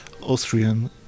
Austrian